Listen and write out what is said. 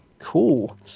cool